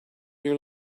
you